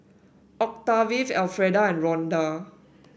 Octave Alfreda and Ronda